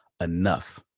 enough